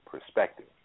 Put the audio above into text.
Perspective